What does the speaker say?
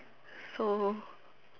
so